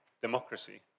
democracy